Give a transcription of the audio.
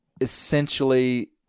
essentially